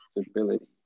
stability